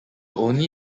only